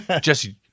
Jesse